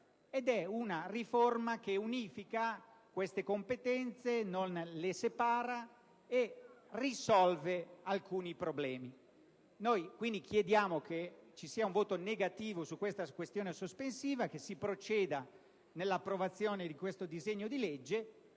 ed è una riforma che unifica queste competenze, non le separa, e risolve alcuni problemi. Pertanto, chiediamo che ci sia un voto contrario sulla questione sospensiva, che si proceda nell'approvazione del provvedimento, che